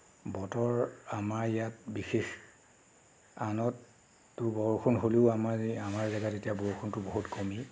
বতৰ আমাৰ ইয়াত বিশেষ আনততো বৰষুণ হ'লেও আমাৰ ইয়াত আমাৰ জেগাত এতিয়া বৰষুণটো বহুত কমিল